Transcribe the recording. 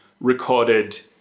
recorded